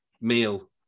meal